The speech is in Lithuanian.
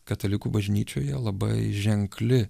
katalikų bažnyčioje labai ženkli